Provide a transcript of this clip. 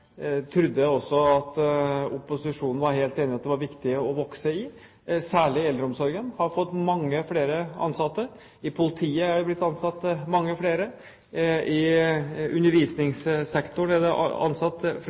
opposisjonen også var helt enig i at det var viktig å vokse – særlig eldreomsorgen har fått mange flere ansatte. I politiet er det blitt ansatt mange flere. I undervisningssektoren er det ansatt